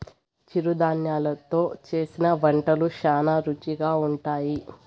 చిరుధాన్యలు తో చేసిన వంటలు శ్యానా రుచిగా ఉంటాయి